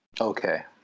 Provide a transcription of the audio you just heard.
Okay